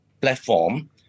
platform